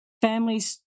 Families